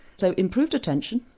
so improved attention,